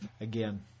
again